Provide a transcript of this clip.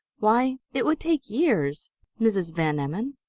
why, it would take years mrs. van emmon!